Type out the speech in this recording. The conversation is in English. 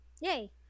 Yay